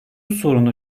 sorunu